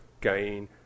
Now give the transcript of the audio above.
gain